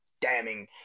damning